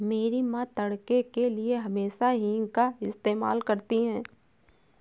मेरी मां तड़के के लिए हमेशा हींग का इस्तेमाल करती हैं